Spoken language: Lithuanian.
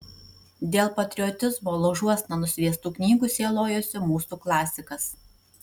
dėl patriotizmo laužuosna nusviestų knygų sielojosi mūsų klasikas